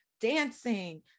dancing